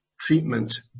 treatment